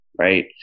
right